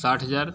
साठ हज़ार